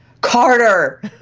Carter